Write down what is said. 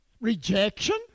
Rejection